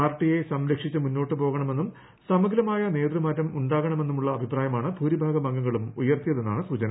പാർട്ടിയെ സംരക്ഷിച്ച് മുന്നോട്ട് പോകണമെന്നും സമഗ്രമായ നേതൃമാറ്റം ഉണ്ടാകണമെന്നും ഉള്ള അഭിപ്രായമാണ് ഭൂരിഭാഗം അംഗങ്ങളും ഉയർത്തിയതെന്നാണ് സൂചന